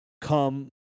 come